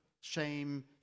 Shame